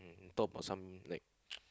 talk about some like